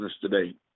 today